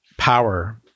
Power